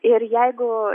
ir jeigu